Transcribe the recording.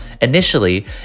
Initially